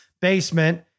basement